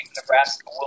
Nebraska